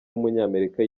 w’umunyamerika